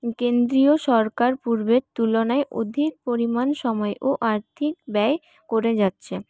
কেন্দ্রীয় সরকার পূর্বের তুলনায় অধিক পরিমাণ সময় ও আর্থিক ব্যয় করে যাচ্ছে